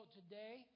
today